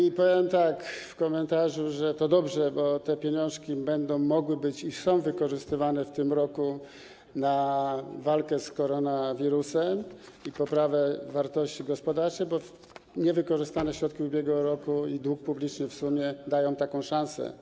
I powiem tak w komentarzu, że to dobrze, bo te pieniądze będą mogły być wykorzystane i są wykorzystywane w tym roku na walkę z koronawirusem i poprawę wartości, sytuacji gospodarczej, bo niewykorzystane środki z ubiegłego roku i dług publiczny w sumie dają taką szansę.